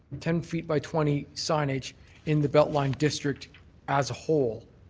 ten feet by twenty signage in the beltline district as a whole,